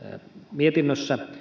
mietinnössä